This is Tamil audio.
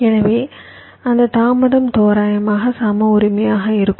எனவே அந்த தாமதம் தோராயமாக சம உரிமையாக இருக்கும்